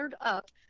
up